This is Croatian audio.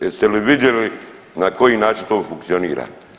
Jeste li vidjeli na koji način to funkcionira?